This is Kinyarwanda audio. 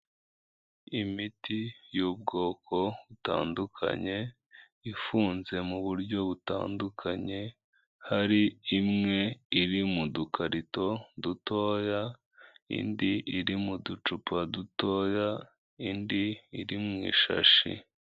Imiti y'ubwoko butandukanye ifunze mu buryo butandukanye, hari imwe iri mu dukarito dutoya, indi iri mu ducupa dutoya, indi iri mu ishashi.